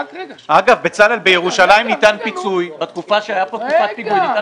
אגב, בירושלים ניתן פיצוי בתקופה שהיו פיגועים.